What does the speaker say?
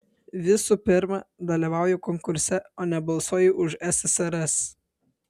visų pirma dalyvauju konkurse o ne balsuoju už ssrs